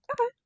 Okay